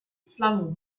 flung